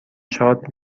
چارت